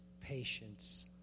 patience